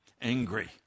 angry